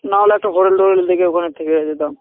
নাহলে একটা হোটেল টোটেল দেখে ওখানে থেকে যেতাম